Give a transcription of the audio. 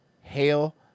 Hail